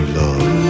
love